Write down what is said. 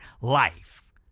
life